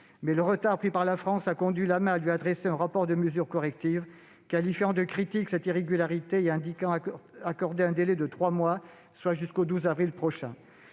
Mais le retard pris par la France a conduit l'AMA à lui adresser un rapport de mesures correctives qualifiant de « critique » cette irrégularité et lui accordant un délai de trois mois, soit jusqu'au 12 avril prochain.